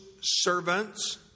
servants